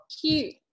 Cute